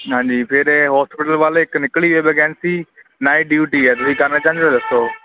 ਹਾਂਜੀ ਫਿਰ ਹੋਸਪਿਟਲ ਵੱਲ ਇੱਕ ਨਿਕਲੀ ਵੈਕੈਂਸੀ ਨਾ ਡਿਊਡੀ ਕਰਨਾ ਚਾਹੁੰਦੇ ਹੋ ਦੱਸੋ